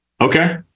Okay